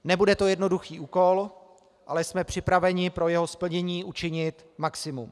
Nebude to jednoduchý úkol, ale jsme připraveni pro jeho splnění učinit maximum.